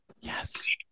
Yes